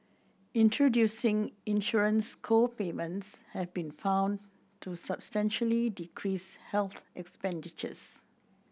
introducing insurance co payments have been found to substantially decrease health expenditures